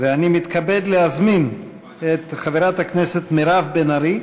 אני מתכבד להזמין את חברת הכנסת מירב בן ארי